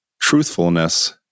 truthfulness